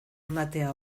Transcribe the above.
ematea